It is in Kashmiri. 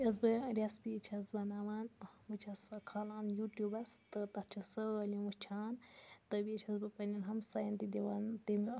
یُس بہٕ رٮ۪سپی چھَس بَناوان بہٕ چھَس سۄ کھالان یوٗٹیوٗبَس تہٕ تَتھ چھِ سٲلِم وُچھان تہٕ بیٚیہِ چھَس بہٕ پنٛنٮ۪ن ہمسایَن تہِ دِوان تمہِ